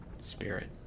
Spirit